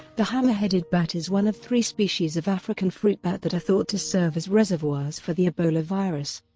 the hammer-headed bat is one of three species of african fruit bat that are thought to serve as reservoirs for the ebola virus.